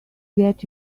get